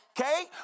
okay